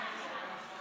מוקשים (תיקון)